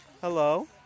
Hello